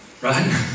right